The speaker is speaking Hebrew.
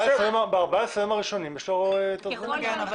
ב-14 הימים הראשונים יש לו היתר זמני.